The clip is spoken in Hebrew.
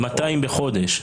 200 בחודש.